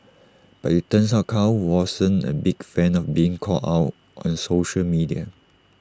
but IT turns out Kwan wasn't A big fan of being called out on social media